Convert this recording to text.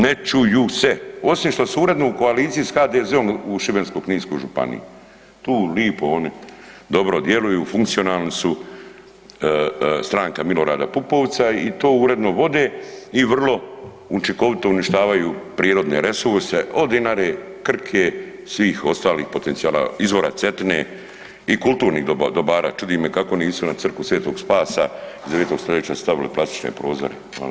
Ne čuju se, osim što su uredno u koaliciji s HDZ-om u Šibensko-kninskoj županiji, tu lipo oni dobro djeluju, funkcionalni su, stranka Milorada Pupovca i to uredno vode i vrlo učinkovito uništavaju prirodne resurse, od Dinare, Krke, svih ostalih potencijala, izvora Cetine i kulturnih dobara, čudi me kako nisu na crkvu sv. Spasa iz 9. st. stavili plastične prozore.